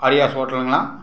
ஆரியாஸ் ஹோட்டலுங்களா